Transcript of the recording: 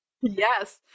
Yes